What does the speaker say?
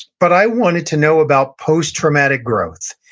but i wanted to know about post-traumatic growth.